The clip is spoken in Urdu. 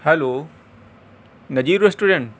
hello Nazir restaurant